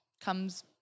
comes